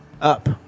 up